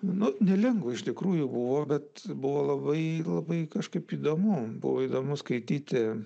nu nelengva iš tikrųjų buvo bet buvo labai labai kažkaip įdomu buvo įdomu skaityti